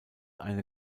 eine